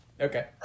Okay